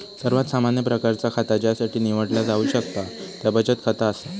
सर्वात सामान्य प्रकारचा खाता ज्यासाठी निवडला जाऊ शकता त्या बचत खाता असा